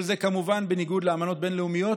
כל זה כמובן, בניגוד לאמנות בין-לאומית,